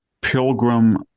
pilgrim